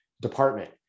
department